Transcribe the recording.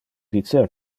dicer